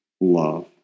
love